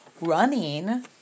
running